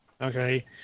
okay